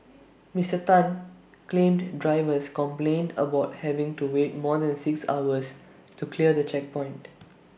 Mister Tan claimed drivers complained about having to wait more than six hours to clear the checkpoint